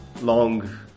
long